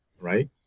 right